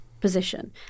position